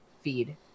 feed